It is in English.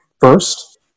first